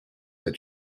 the